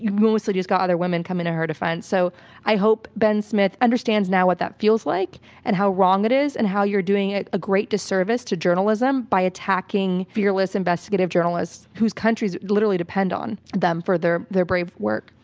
mostly just got other women coming to her defense. so i hope ben smith understands now what that feels like and how wrong it is, and how you're doing it a great disservice to journalism by attacking fearless investigative journalists whose countries literally depend on them for their their brave work.